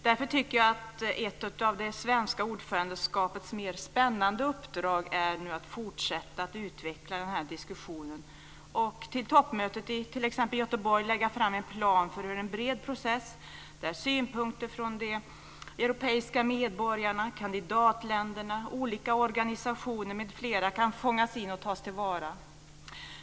Därför tycker jag att ett av det svenska ordförandeskapets mer spännande uppdrag är att nu fortsätta att utveckla diskussionen och till toppmötet i t.ex. Göteborg lägga fram en plan för en bred process, där synpunkter från de europeiska medborgarna, kandidatländerna, olika organisationer m.fl. kan fångas in och tas till vara.